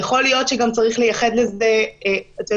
כי יכול להיות שגם צריך לייחד לזה דיון